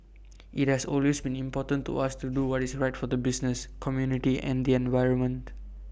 IT has always been important to us to do what is right for the business community and the environment